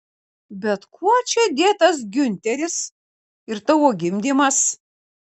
bet kuo čia dėtas giunteris ir tavo gimdymas